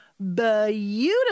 beautiful